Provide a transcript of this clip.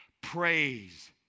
Praise